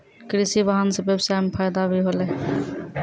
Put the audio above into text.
कृषि वाहन सें ब्यबसाय म फायदा भी होलै